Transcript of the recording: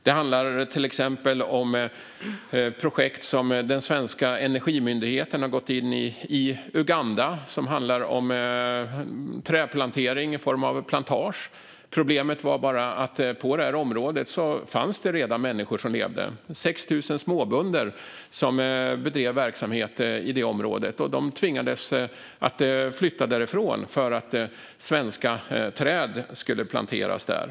Det handlar till exempel om projekt i Uganda som den svenska Energimyndigheten har gått in i. Det har handlat om trädplantering i form av plantage. Problemet var bara att det redan fanns folk som levde i området. Det var 6 000 småbönder som bedrev verksamhet i området, och de tvingades flytta därifrån för att svenska träd skulle planteras där.